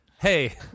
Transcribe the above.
Hey